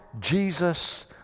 Jesus